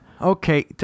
Okay